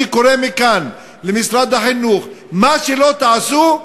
אני קורא מכאן למשרד החינוך: מה שלא תעשו,